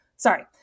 sorry